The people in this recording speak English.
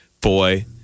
boy